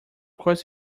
course